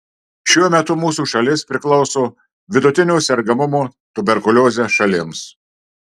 šiuo metu mūsų šalis priklauso vidutinio sergamumo tuberkulioze šalims